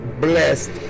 blessed